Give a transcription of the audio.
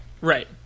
Right